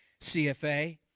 CFA